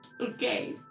Okay